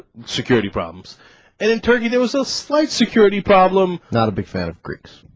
security problems and and turning it was a slight security problem not a big fan of greeks